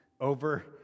over